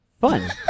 Fun